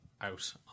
out